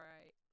Right